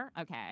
Okay